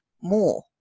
more